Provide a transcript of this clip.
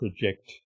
project